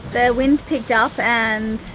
the wind's picked up and,